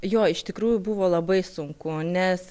jo iš tikrųjų buvo labai sunku nes